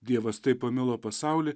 dievas taip pamilo pasaulį